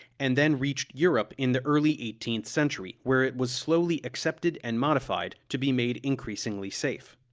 and then reached europe in the early eighteenth century, where it was slowly accepted and modified, to be made increasingly safe.